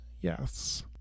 Yes